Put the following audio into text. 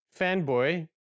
fanboy